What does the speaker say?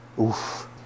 oof